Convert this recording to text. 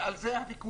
ועל זה הוויכוח,